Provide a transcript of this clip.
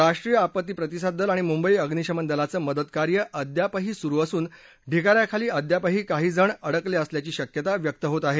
राष्ट्रीय आपत्ती प्रतिसाद दल आणि मुंबई अम्निशमन दलाचं मदत कार्य अद्यापही सुरु असून ढिगाऱ्याखाली अद्यापही काही जण असल्याची शक्यता व्यक्त होत आहे